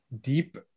deep